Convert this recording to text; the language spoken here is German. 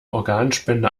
organspende